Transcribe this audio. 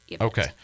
Okay